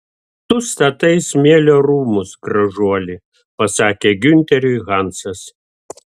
tu statai smėlio rūmus gražuoli pasakė giunteriui hansas